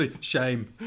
shame